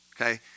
Okay